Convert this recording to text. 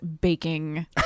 baking